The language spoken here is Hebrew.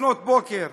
לפנות בוקר.